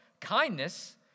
Kindness